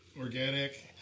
organic